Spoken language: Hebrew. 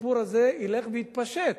הסיפור הזה ילך ויתפשט,